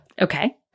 Okay